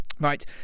right